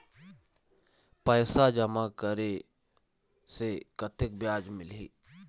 पैसा जमा करे से कतेक ब्याज मिलही?